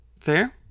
Fair